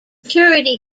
security